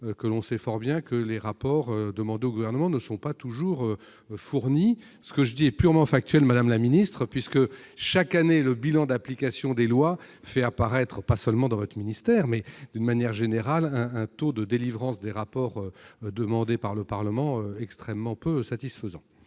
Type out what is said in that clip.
que, comme nous le savons, ces rapports ne sont pas toujours fournis. Ce que je dis est purement factuel, madame la ministre. Chaque année, le bilan d'application des lois fait apparaître, pas seulement dans votre ministère, mais de manière générale, un taux de remise des rapports demandés par le Parlement extrêmement peu satisfaisant.